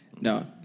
No